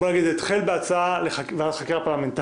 בוא נאמר כך החל בהצעה לחקירה פרלמנטרית,